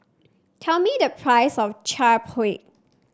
tell me the price of Chaat Papri